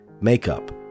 makeup